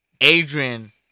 Adrian